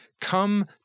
Come